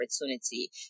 opportunity